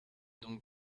donc